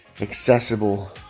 accessible